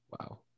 Wow